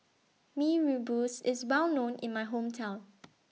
Mee Rebus IS Well known in My Hometown